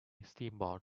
steamboat